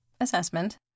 Assessment